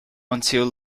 until